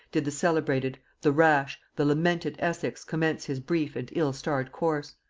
did the celebrated, the rash, the lamented essex commence his brief and ill-starred course!